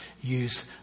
use